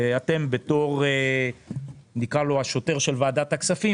אתם בתור "השוטר של ועדת הכספים",